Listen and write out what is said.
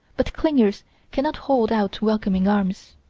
but clingers cannot hold out welcoming arms.